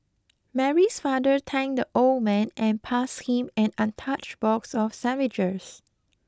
Mary's father thanked the old man and passed him an untouched box of sandwiches